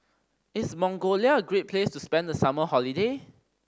is Mongolia a great place to spend the summer holiday